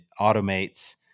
automates